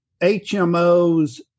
HMOs